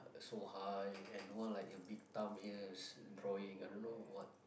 so high and one like a big thumb here is drawing I don't know what